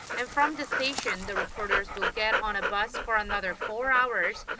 and from the station, the reporters will get on a bus for another four hours.